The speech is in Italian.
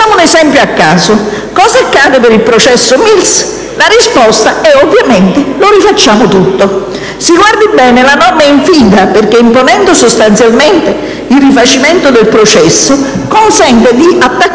un esempio a caso: cosa accade per il processo Mills? La risposta è, ovviamente: lo rifacciamo tutto. Si guardi bene, la norma è infida, perché imponendo sostanzialmente il rifacimento del processo, consente di attaccare